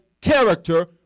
character